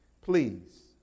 please